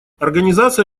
организация